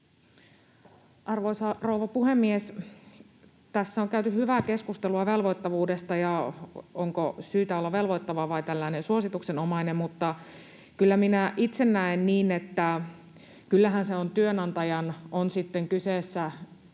Arvoisa rouva puhemies! Tässä on käyty hyvää keskustelua velvoittavuudesta, siitä, onko syytä olla velvoittava vai tällainen suosituksenomainen, mutta kyllä minä itse näen niin, että kyllähän se on myös työnantajan — on sitten kyseessä julkinen,